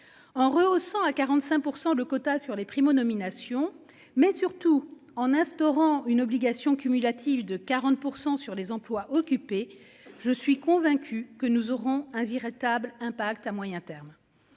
En rehaussant à 45% de quotas sur les primo-nomination mais surtout en instaurant une obligation cumulative de 40% sur les emplois occupés. Je suis convaincu que nous aurons un virer table impact à moyen terme.